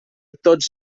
tots